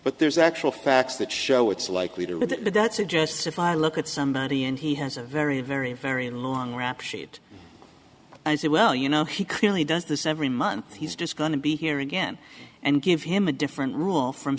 but there's actual facts that show it's likely to or that that suggests if i look at somebody and he has a very very very long rap sheet i say well you know he clearly does this every month he's just going to be here again and give him a different rule from